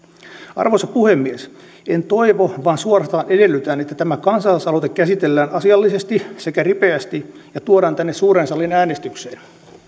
arvoisa puhemies en toivo vaan suorastaan edellytän että tämä kansalaisaloite käsitellään asiallisesti sekä ripeästi ja tuodaan tänne suureen saliin äänestykseen